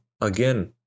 again